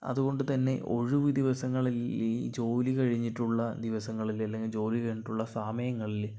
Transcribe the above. അതുകൊണ്ടുതന്നെ ഒഴിവു ദിവസങ്ങളില് ഈ ജോലികഴിഞ്ഞിട്ടുള്ള ദിവസങ്ങളിലെല്ലാം ഞാൻ ജോലികഴിഞ്ഞിട്ടുള്ള സമയങ്ങളില്